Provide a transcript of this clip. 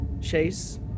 Chase